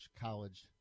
college